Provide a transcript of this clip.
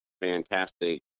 fantastic